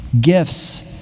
Gifts